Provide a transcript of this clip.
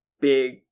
big